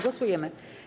Głosujemy.